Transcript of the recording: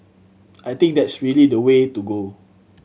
I think that's really the way to go